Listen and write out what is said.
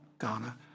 Ghana